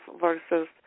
versus